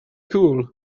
cool